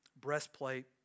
breastplate